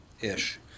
Ish